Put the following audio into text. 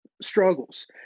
struggles